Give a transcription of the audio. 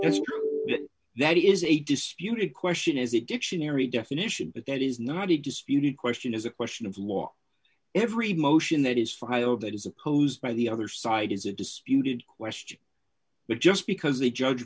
client that is a disputed question is it dictionary definition but that is not a disputed question is a question of law every motion that is filed that is opposed by the other side is a disputed question but just because a judge